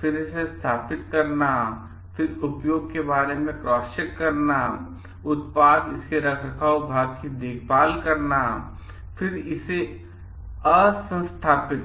फिर इसे स्थापित करना है फिर उपयोग के बारे में क्रॉस चेक करना है उत्पाद इसके रखरखाव भाग की देखभाल करना फिर से असंस्थापित